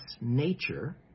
nature